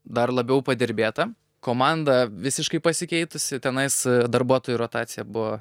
dar labiau padirbėta komanda visiškai pasikeitusi tenais darbuotojų rotacija buvo